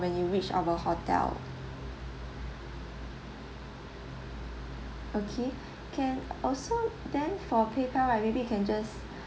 when you reach our hotel okay can also then for paypal right maybe just